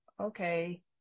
Okay